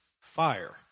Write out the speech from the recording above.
fire